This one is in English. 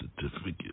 certificate